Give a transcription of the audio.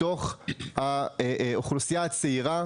מתוך האוכלוסייה הצעירה,